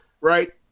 Right